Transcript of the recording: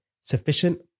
sufficient